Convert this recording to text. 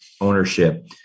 ownership